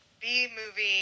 B-movie